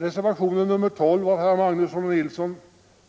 Reservationen 12 av herrar Magnusson i Borås och Nilsson i